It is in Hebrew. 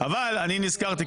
אבל אני נזכרתי,